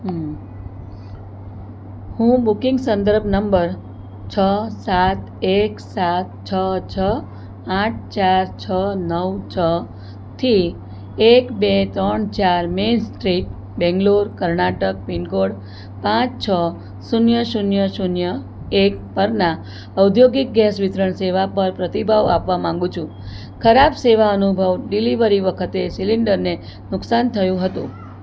હું હું બુકિંગ સંદર્ભ નંબર છ સાત એક સાત છ છ આઠ ચાર છ નવ છ થી એક બે ત્રણ ચાર main street Bangalore Karnataka pin code પાંચ છ શૂન્ય શૂન્ય શૂન્ય એક પરના ઔદ્યોગિક ગેસ વિતરણ સેવા પર પ્રતિભાવ આપવા માગું છું ખરાબ સેવા અનુભવ ડિલિવરી વખતે સિલિન્ડરને નુકસાન થયું હતું